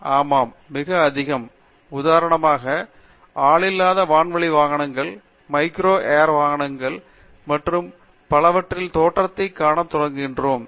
சக்ரவர்த்தி ஆமாம் மிக அதிகம் உதாரணமாக ஆளில்லா வான்வழி வாகனங்கள் மைக்ரோ ஏர் வாகனங்கள் மற்றும் பலவற்றின் தோற்றத்தை காணத் தொடங்குகிறோம்